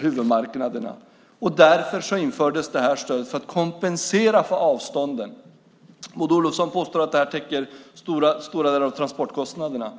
huvudmarknaderna. Stödet infördes för att kompensera för avstånden. Maud Olofsson påstår att stödet täcker stora delar av transportkostnaderna.